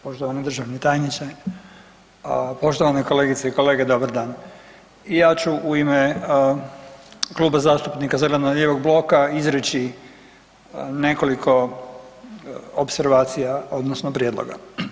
Poštovani državni tajniče, poštovane kolegice i kolege dobar dan, ja ću u ime Kluba zastupnika zeleno-lijevog bloka izreći nekoliko opservacija odnosno prijedloga.